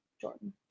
Jordan